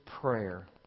prayer